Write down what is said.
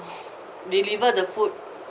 deliver the food